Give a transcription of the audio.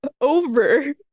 over